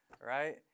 right